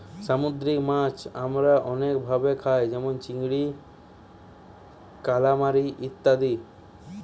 সামুদ্রিক মাছ আমরা অনেক ভাবে খাই যেমন চিংড়ি, কালামারী ইত্যাদি